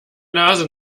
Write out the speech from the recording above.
nase